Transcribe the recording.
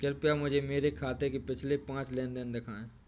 कृपया मुझे मेरे खाते से पिछले पांच लेन देन दिखाएं